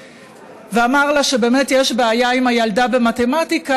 ואמר לה שבאמת יש בעיה עם הילדה במתמטיקה,